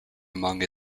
among